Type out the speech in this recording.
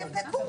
אז תבדקו.